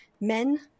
men